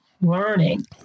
learning